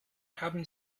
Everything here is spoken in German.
haben